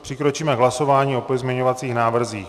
Přikročíme k hlasování o pozměňovacích návrzích.